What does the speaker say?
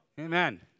Amen